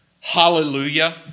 Hallelujah